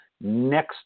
next